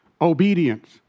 Obedience